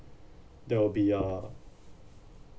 there will be uh